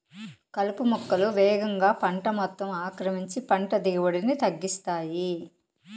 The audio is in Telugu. కలుపు మొక్కలు వేగంగా పంట మొత్తం ఆక్రమించి పంట దిగుబడిని తగ్గిస్తాయి